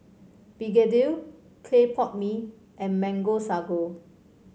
begedil Clay Pot Mee and Mango Sago